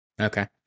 Okay